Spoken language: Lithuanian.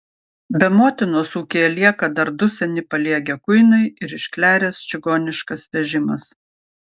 be motinos ūkyje lieka dar du seni paliegę kuinai ir iškleręs čigoniškas vežimas